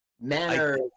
manner